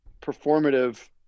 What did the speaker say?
performative